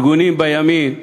של ארגונים בימין,